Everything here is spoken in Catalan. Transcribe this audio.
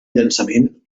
llançament